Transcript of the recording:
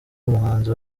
umuhanzi